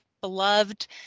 beloved